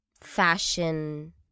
fashion